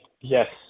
yes